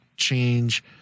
change